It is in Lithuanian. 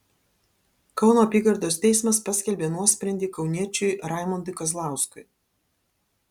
kauno apygardos teismas paskelbė nuosprendį kauniečiui raimondui kazlauskui